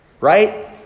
Right